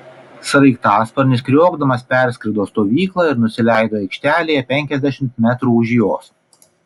sraigtasparnis kriokdamas perskrido stovyklą ir nusileido aikštelėje penkiasdešimt metrų už jos